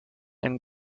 and